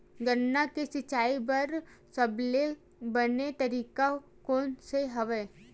गन्ना के सिंचाई बर सबले बने तरीका कोन से हवय?